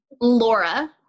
Laura